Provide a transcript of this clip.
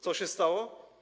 Co się stało?